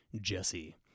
Jesse